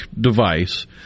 device